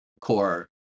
core